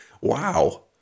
wow